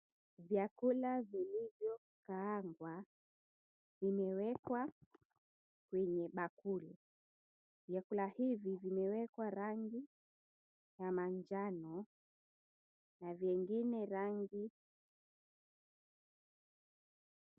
Vyakula vilivyokaangwa vimewekwa kwenye bakuli. Vyakula hivi vimewekwa rangi ya manjano na vingine rangi.